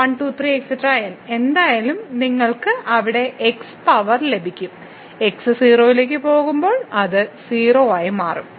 1 2 3 n എന്തായാലും നിങ്ങൾക്ക് അവിടെ x പവർ ലഭിക്കും x 0 ലേക്ക് പോകുമ്പോൾ അത് 0 ആയി മാറും